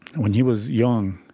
when he was young